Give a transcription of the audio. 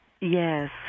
Yes